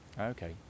Okay